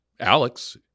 Alex